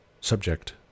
subject